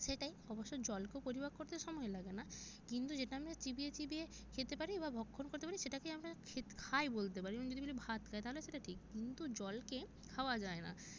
সেটাই অবশ্য জলকেও পরিপাক করতে সময় লাগে না কিন্তু যেটা আমরা চিবিয়ে চিবিয়ে খেতে পারি বা ভক্ষণ করতে পারি সেটাকেই আমরা খেতে খাই বলতে পারি এবং যদি বলি ভাত খাই তাহলে সেটা ঠিক কিন্তু জলকে খাওয়া যায় না